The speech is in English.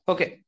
Okay